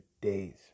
days